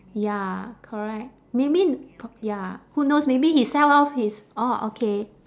ya correct maybe p~ ya who knows maybe he sell off his orh okay